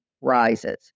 rises